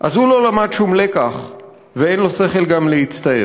אז הוא לא למד שום לקח / ואין לו שכל גם להצטער.